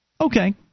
Okay